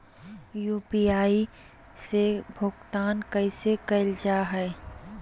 UPI से भुगतान कैसे कैल जहै?